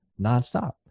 nonstop